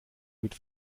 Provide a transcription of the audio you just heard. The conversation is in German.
mit